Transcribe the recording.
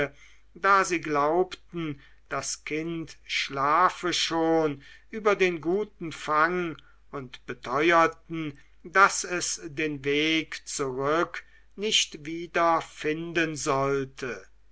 da sie glaubten das kind schlafe schon über den guten fang und beteuerten daß es den weg zurück nicht wieder finden sollte